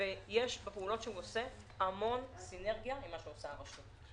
יש בפעולות שהוא עושה המון סינרגיה עם מה שעושה הרשות.